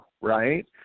right